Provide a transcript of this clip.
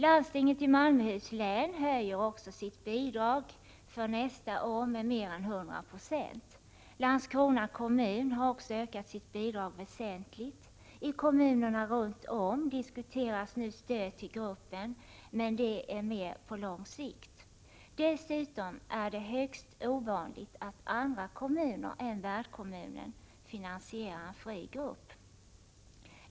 Landstinget i Malmöhus län höjer också sitt bidrag för nästa år med mer än 100 20. Landskrona kommun har också ökat sitt bidrag väsentligt. I kommunerna runt om diskuteras nu stöd till gruppen, men det är fråga om stöd på lång sikt. Dessutom är det högst ovanligt att andra kommuner än värdkommunen finansierar en fri grupp.